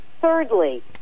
Thirdly